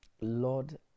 Lord